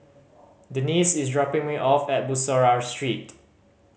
Denice is dropping me off at Bussorah Street